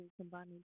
combining